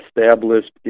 established